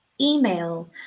email